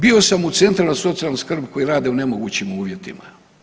Bio sam u centru za socijalnu skrb koji rade u nemogućim uvjetima.